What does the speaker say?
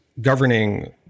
governing